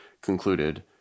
concluded